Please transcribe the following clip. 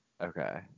Okay